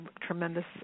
tremendous